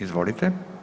Izvolite.